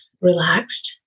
relaxed